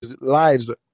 lives